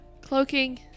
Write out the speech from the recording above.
cloaking